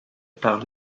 par